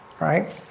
right